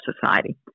Society